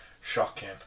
Shocking